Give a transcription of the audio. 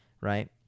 Right